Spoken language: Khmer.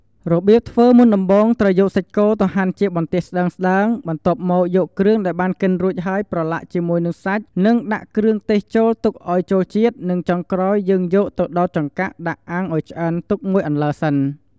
រប្រៀបធ្វើមុនដំបូងត្រូវយកសាច់គោទៅហាន់ជាបន្ទះស្តើង បន្ទាប់មកយកគ្រឿងដែលបានកិនរួចហើយប្រឡាក់ជាមួយសាច់និងដាក់ គ្រឿងទេសចូល ទុកឲ្យចូលជាតិនិងក្រោយមកយើងយកទៅដោតចង្កាក់ដាក់អាំងឲ្យឆ្អិនទុកមួយអន្លើសិន។